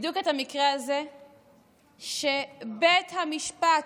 בדיוק את המקרה הזה שבית המשפט,